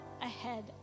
ahead